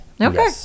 okay